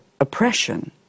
oppression